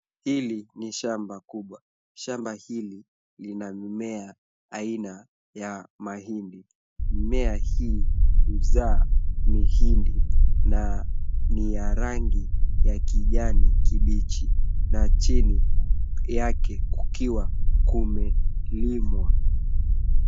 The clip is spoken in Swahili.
Hili ni shamba kubwa. Shamba hili lina mimea aina ya mahindi. Mimea hii huzaa mihindi na ni ya rangi ya kijani kibichi na chini yake kukiwa kumelimwa.